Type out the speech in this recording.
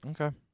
Okay